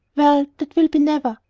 well, that will be never.